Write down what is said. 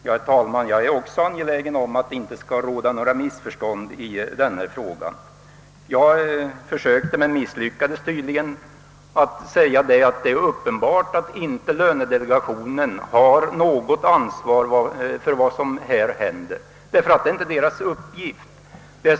Herr talman! Även jag är angelägen att det inte skall råda missförstånd i denna fråga. Jag försökte — men misslyckades tydligen — säga att det är uppenbart att lönedelegationen inte har något ansvar för vad som händer i denna fråga. Det är nämligen inte dess uppgift.